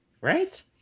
right